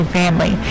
family